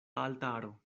altaro